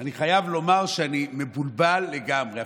אני חייב לומר שאני מבולבל לגמרי.